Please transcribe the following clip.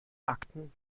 akten